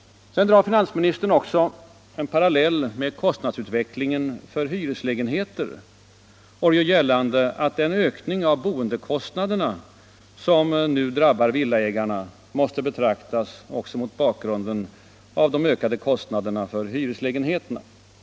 Sedan drar finansministern också en parallell med 'kostnadsutvecklingen för hyreslägenheter och gör gällande att den ökning av boendekostnaderna som nu drabbar villaägarna måste betraktas också mot bakgrunden av de ökade kostnaderna för hyreslägenheter.